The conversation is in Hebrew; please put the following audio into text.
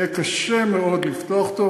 יהיה קשה מאוד לפתוח אותו.